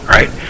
Right